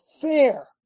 fair